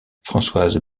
françoise